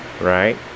Right